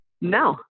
No